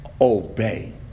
obey